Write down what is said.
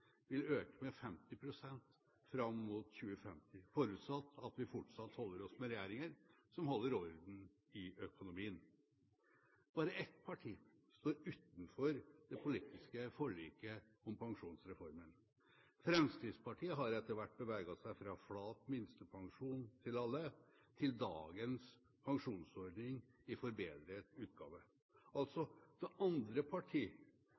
vil øke med 50 pst. fram mot 2050 – forutsatt at vi fortsatt holder oss med regjeringer som holder orden i økonomien. Bare ett parti står utenfor det politiske forliket om Pensjonsreformen. Fremskrittspartiet har etter hvert beveget seg fra flat minstepensjon til alle til dagens pensjonsordning i forbedret utgave. Altså: Da andre parti